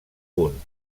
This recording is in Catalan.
punt